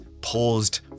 paused